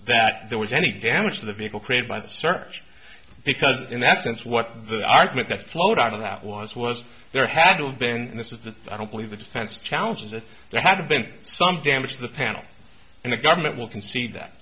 that there was any damage to the vehicle created by the search because in essence what the argument that flowed out of that was was there had to have been this is the i don't believe the defense challenge is that there had been some damage to the panel and the government will concede that